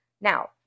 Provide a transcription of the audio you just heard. Now